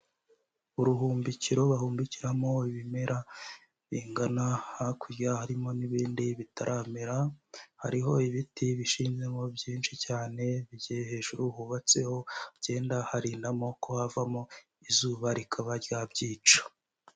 Uruhumbikiro bahumbikiramo ibimera bingana hakurya harimo n'ibindi bitaramera, hariho ibiti bishinjemo byinshi cyane, bigiye hejuru hubatseho ibyenda harindamo ko havamo izuba rikaba ryabyica.